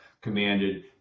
commanded